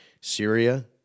Syria